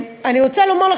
אני רוצה לומר לך,